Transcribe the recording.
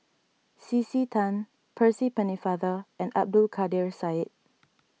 C C Tan Percy Pennefather and Abdul Kadir Syed